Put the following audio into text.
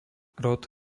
rod